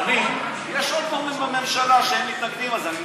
יש עוד כמה מגורמי הממשלה שהם מתנגדים לזה.